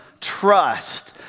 trust